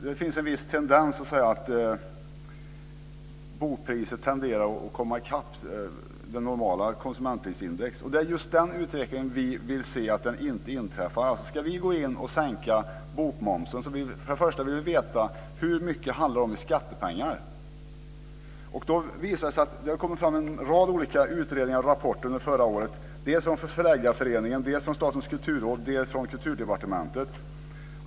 Det finns en viss tendens att bokpriset kommer i kapp med konsumentprisindex i övrigt, och vi vill inte att en sådan utveckling ska inträffa. Om bokmomsen ska sänkas vill vi först och främst veta hur stor effekten blir räknat i skattepengar. Det kom under förra året en rad rad utredninger och rapporter om detta dels från Förläggareföreningen, dels från Statens kulturråd, dels från Kulturdepartementet.